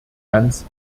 ganz